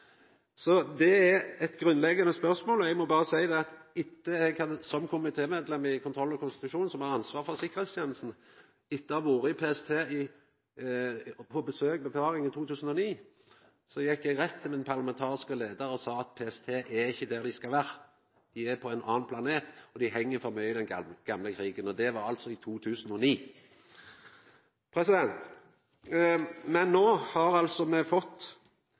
Det er eit grunnleggjande spørsmål. Etter at eg som medlem i kontroll- og konstitusjonskomiteen, som har ansvar for sikkerheitstenesta, hadde vore på besøk i PST i 2009, gjekk eg rett til min parlamentariske leiar og sa at PST er ikkje der dei skal vera – dei er på ein annan planet, og dei heng for mykje att i den gamle krigen. Det var altså i 2009. Men nå har me fått